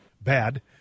bad